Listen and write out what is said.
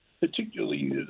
Particularly